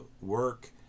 work